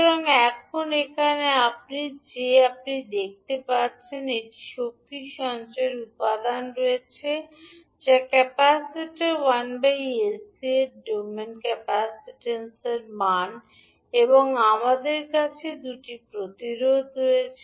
সুতরাং এখন এখানে আপনি যে আপনি দেখতে একটি শক্তি সঞ্চয়স্থানের উপাদান রয়েছে যা ক্যাপাসিটার 1𝑠𝐶 এর ডোমেনে ক্যাপাসিট্যান্সের মান এবং আমাদের কাছে দুটি প্রতিরোধ রয়েছে